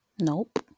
Nope